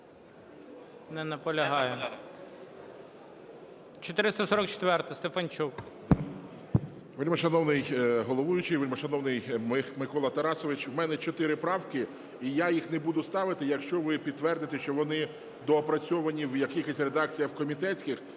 Вельмишановний головуючий, вельмишановний Микола Тарасович, у мене чотири правки, і я їх не буду ставити, якщо ви підтвердите, що вони доопрацьовані в якихось редакціях комітетських.